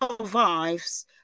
survives